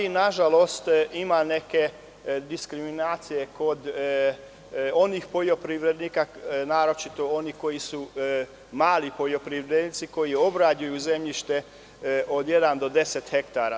Nažalost, ima neke diskriminacije kod onih poljoprivrednika, naročito onih koji su mali poljoprivrednici koji obrađuju zemljište od jednog do 10 hektara.